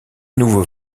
nouveaux